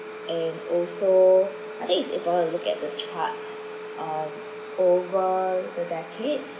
and also I think it's important to look at the part um over the decade